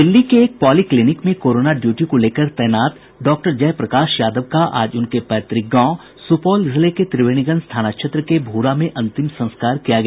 दिल्ली के एक polyclinic में कोरोना ड्यूटी को लेकर तैनात डॉक्टर जयप्रकाश यादव का आज उनके पैतुक गांव सुपौल जिले के त्रिवेणीगंज थाना क्षेत्र के भूरा में अंतिम संस्कार किया गया